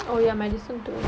oh ya medicine too